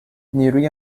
نیروی